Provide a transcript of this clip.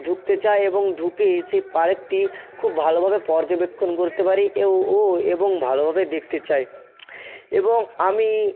ঢুকতে চাই এবং ঢুকে এসে পার্কটি খুব ভালো ভালো পর্যবেক্ষণ করতে পারি এও ও এবং ভালোভাবে দেখতে চাই এবং আমি